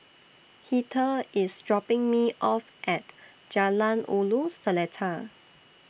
Heather IS dropping Me off At Jalan Ulu Seletar